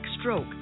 stroke